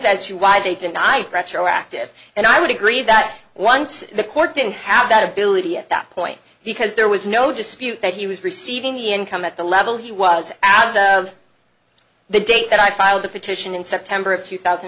to why they deny retroactive and i would agree that once the court didn't have that ability at that point because there was no dispute that he was receiving the income at the level he was the date that i filed the petition in september of two thousand